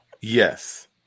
Yes